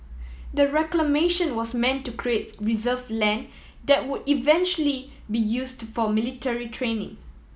the reclamation was meant to create reserve land that would eventually be used for military training